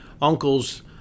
uncle's